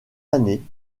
année